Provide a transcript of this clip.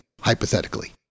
hypothetically